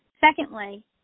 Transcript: Secondly